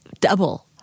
double